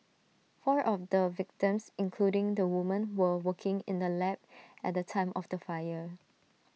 four of the victims including the woman were working in the lab at the time of the fire